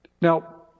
Now